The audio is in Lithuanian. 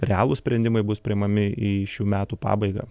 realūs sprendimai bus priimami į šių metų pabaigą